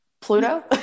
Pluto